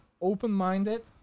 open-minded